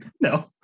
no